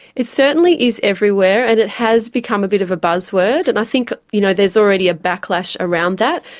it certainly is everywhere and it has become a bit of a buzz word. and i think you know there is already a backlash around that,